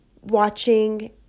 watching